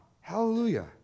Hallelujah